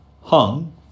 hung